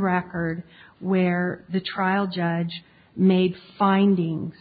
record where the trial judge made findings